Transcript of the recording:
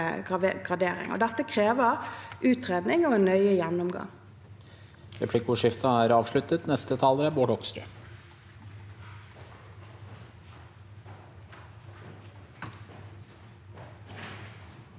Dette krever utredning og en nøye gjennomgang.